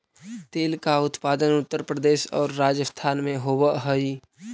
तिल का उत्पादन उत्तर प्रदेश और राजस्थान में होवअ हई